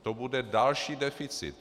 To bude další deficit.